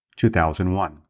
2001